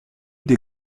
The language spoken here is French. des